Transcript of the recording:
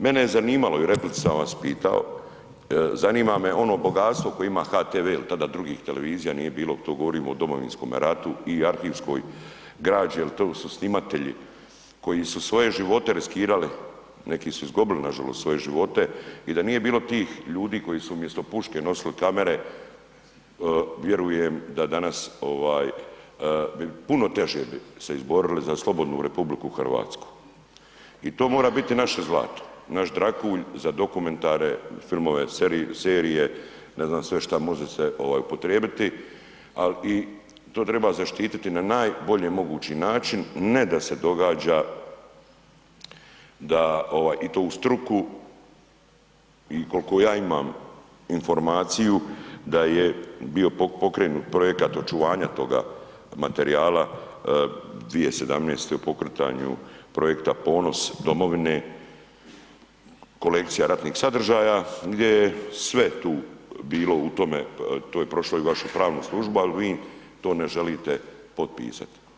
Mene je zanimalo i u replici sam vas pitao, zanima me ono bogatstvo koje ima HTV jel tada drugih televizija nije bilo, to govorimo o domovinskome ratu i arhivskoj građi jel to su snimatelji koji su svoje živote riskirali, neki su izgubili nažalost svoje živote i da nije bilo tih ljudi koji su umjesto puške nosili kamere, vjerujem da danas ovaj bi puno teže bi se izborili za slobodnu RH i to mora biti naše zlato, naš dragulj za dokumentarne filmove, serije, ne znam sve šta može se ovaj upotrijebiti, al i, to treba zaštititi na najbolji mogući način, ne da se događa da ovaj, i to uz struku i kolko ja imam informaciju da je bio pokrenut projekat očuvanja toga materijala 2017. o pokretanju projekta Ponos domovine, kolekcija ratnih sadržaja gdje je sve tu bilo u tome, to je prošlo i vašu pravnu službu, al vi to ne želite potpisat.